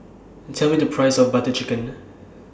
Tell Me The Price of Butter Chicken